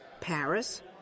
Paris